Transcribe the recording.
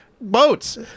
boats